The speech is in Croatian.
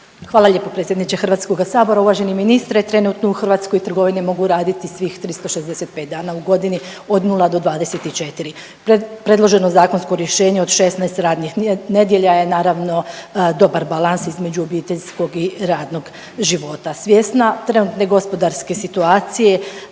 Hvala lijepo predsjedniče HS. Uvaženi ministre, trenutno u Hrvatskoj trgovine mogu raditi svih 365 dana u godini od 0 do 24. Predloženo zakonsko rješenje od 16 radnih nedjelja je naravno dobar balans između obiteljskog i radnog života. Svjesna trenutne gospodarske situacije